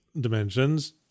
dimensions